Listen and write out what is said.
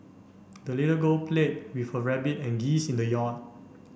the little girl played with her rabbit and geese in the yard